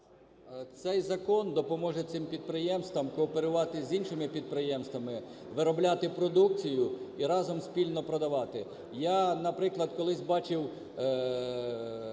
Цей закон допоможе цим підприємствам кооперувати з іншими підприємствами, виробляти продукцію і разом спільно продавати. Я, наприклад, колись бачив